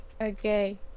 Okay